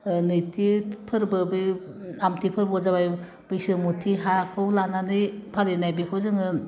ओह नैथि फोरबो बे आमथि फोरबोयाव जाबाय बैसोमुथि हाखौ लानानै फालिनाय बेखौ जोङो